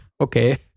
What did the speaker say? okay